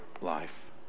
life